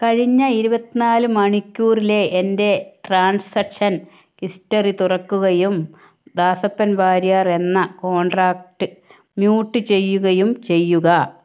കഴിഞ്ഞ ഇരുപത്തിനാല് മണിക്കൂറിലെ എൻ്റെ ട്രാൻസാക്ഷൻ ഹിസ്റ്ററി തുറക്കുകയും ദാസപ്പൻ വാര്യർ എന്ന കോൺട്രാക്ട് മ്യൂട്ട് ചെയ്യുകയും ചെയ്യുക